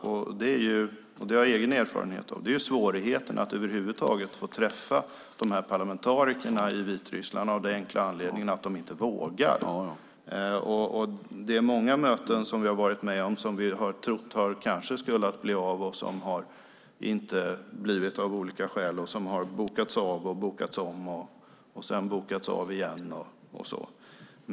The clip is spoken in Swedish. Och det är - det har jag egen erfarenhet av - svårigheten att över huvud taget få träffa de här parlamentarikerna i Vitryssland, av den enkla anledningen att de inte vågar. Det är många möten som vi har trott skulle bli av som av olika skäl inte har blivit av. De har bokats av och bokats om och sedan bokats av igen och så vidare.